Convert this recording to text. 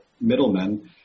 middlemen